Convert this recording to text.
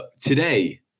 today